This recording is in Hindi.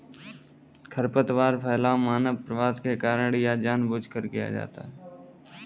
खरपतवार फैलाव मानव प्रवास के कारण या जानबूझकर किया जाता हैं